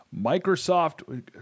Microsoft